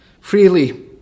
Freely